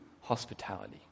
hospitality